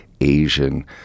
Asian